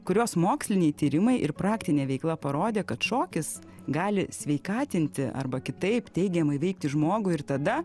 kurios moksliniai tyrimai ir praktinė veikla parodė kad šokis gali sveikatinti arba kitaip teigiamai veikti žmogų ir tada